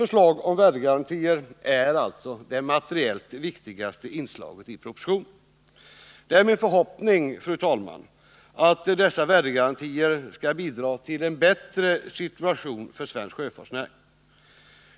Förslaget om värdegarantier är det materiellt viktigaste inslaget i propositionen. Det är min förhoppning, fru talman, att dessa värdegarantier skall bidra till en bättre situation för svensk sjöfartsnäring.